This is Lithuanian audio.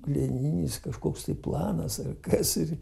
lenininis kažkoks tai planas ar kas ir